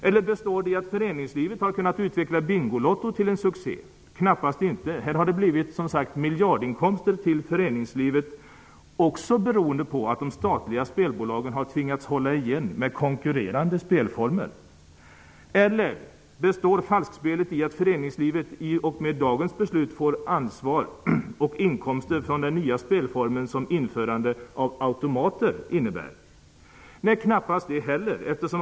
Eller består det i att föreningslivet har kunnat utveckla Bingolotto till en succé? Knappast inte! Det har nämligen blivit miljardinkomster till föreningslivet också beroende på att de statliga spelbolagen tvingats hålla igen med konkurrerande spelformer. Eller består falskpelet i att föreningslivet i och med dagens beslut kommer att få ansvar för och inkomster från de nya spelformer som införandet av automatspel innebär? Knappast är det så heller.